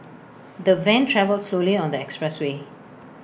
the van travelled slowly on the expressway